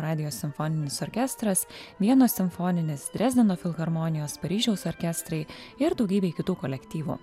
radijo simfoninis orkestras vienos simfoninis drezdeno filharmonijos paryžiaus orkestrai ir daugybėj kitų kolektyvų